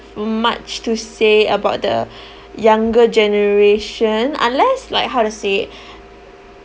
much to say about the younger generation unless like how to say